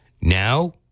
now